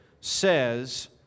says